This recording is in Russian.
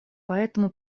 поэтому